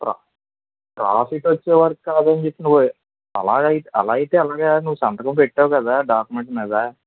profit వచ్చేవరకు కాదని చెప్పినావు అయ్యా అలాగైతే ఎలాగ అయ్యా నువ్వు సంతకం పెట్టావు గదా డాకుమెంట్ మీద